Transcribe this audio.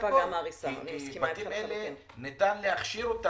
את הבתים האלה ניתן להכשיר.